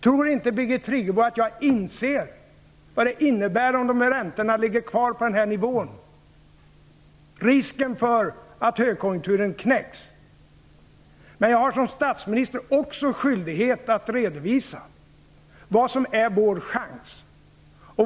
Tror inte Birgit Friggebo att jag inser vad det innebär om räntorna ligger kvar på samma nivå och att det finns en risk för att högkonjunkturen knäcks? Som statsminister har jag också skyldighet att redovisa vad som är vår chans.